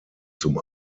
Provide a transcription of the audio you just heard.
zum